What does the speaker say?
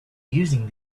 using